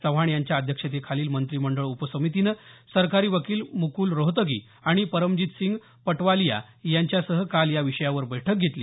चव्हाण यांच्या अधक्षतेखालील मंत्रीमंडळ उपसमितीनं सरकारी वकील मुकुल रोहतगी आणि परमजितसिंग पटवालिया यांच्यासह काल या विषयावर बैठक घेतली